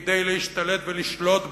כדי להשתלט ולשלוט בדת,